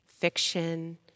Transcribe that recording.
fiction